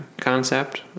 concept